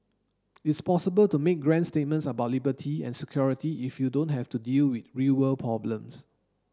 it's possible to make grand statements about liberty and security if you don't have to deal with real world problems